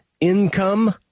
income